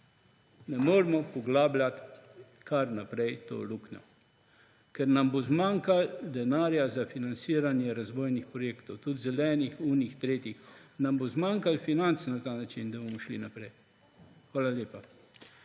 Ne moremo poglabljati kar naprej te luknje, ker nam bo zmanjkalo denarja za financiranje razvojnih projektov, tudi zelenih, onih, tretjih. Zmanjkalo nam bo financ, če bomo na ta način šli naprej. Hvala lepa.